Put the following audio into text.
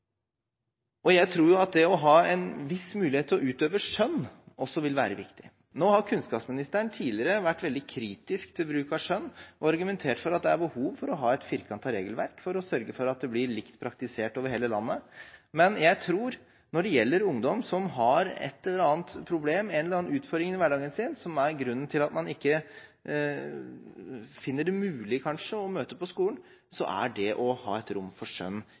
trengs. Jeg tror at det å ha en viss mulighet til å utøve skjønn også vil være viktig. Nå har kunnskapsministeren tidligere vært veldig kritisk til bruk av skjønn og argumentert for at det er behov for å ha et firkantet regelverk for å sørge for at det blir likt praktisert over hele landet. Men når det gjelder ungdom som har et eller annet problem, en eller annen utfordring i hverdagen sin, som er grunnen til at man kanskje ikke finner det mulig å møte på skolen, tror jeg at det å ha et rom for skjønn